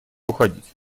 уходить